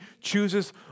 chooses